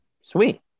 sweet